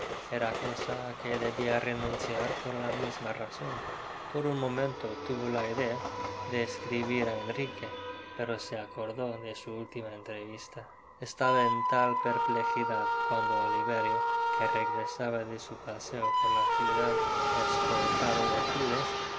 era cosa áque debia renunciar por la misma razon por un momento tuvo la idea de escribir á enrique pero se acordó dé su última entrevista estaba en tal perplejidad cuando oliverio que regresaba de su paseo por la ciudad escoltado de giles